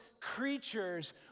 creatures